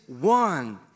one